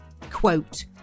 quote